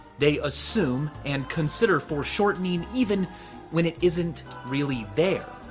they assume and consider foreshortening even when it isn't really there,